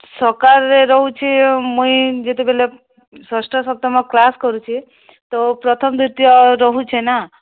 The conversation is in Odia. ସକାଳରେ ରହୁଛି ଓ ମୁଇଁ ଯେତେବେଳେ ଷଷ୍ଠ ସପ୍ତମ କ୍ଲାସ୍ କରୁଛି ତ ପ୍ରଥମ ଦ୍ଵିତୀୟ ରହୁଛେ ନା